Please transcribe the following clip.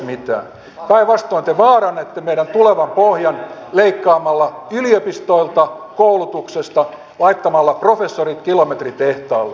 päinvastoin te vaarannatte meidän tulevan pohjan leikkaamalla yliopistoilta ja koulutuksesta ja laittamalla professorit kilometritehtaalle